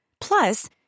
Plus